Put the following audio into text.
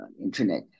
Internet